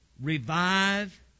revive